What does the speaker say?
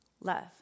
Love